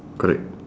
correct